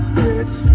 bitch